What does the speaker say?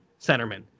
centerman